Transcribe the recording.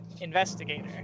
investigator